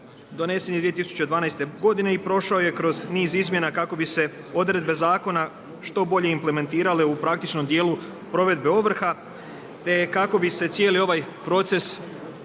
donesen je 2012. godine i prošao je kroz niz izmjena kako bi se odredbe zakona što bolje implementirale u praktičnom djelu provedbe ovrha te kako bi se cijeli ovaj proces